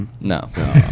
no